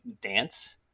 dance